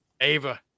Ava